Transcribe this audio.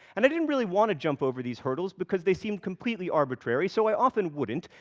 and i didn't really want to jump over these hurdles, because they seemed completely arbitrary, so i often wouldn't,